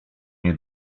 nie